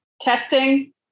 Testing